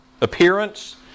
appearance